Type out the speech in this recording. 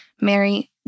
Mary